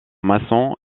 masson